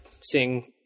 seeing